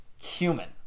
human